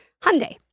Hyundai